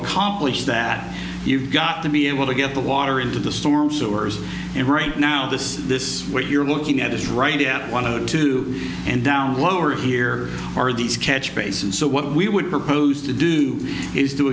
accomplish that you've got to be able to get the water into the storm sewers and right now this this what you're looking at is right at one hundred two and down lower here are these catch basin so what we would propose to do is